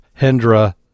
Hendra